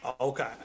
okay